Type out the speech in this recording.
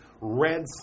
Red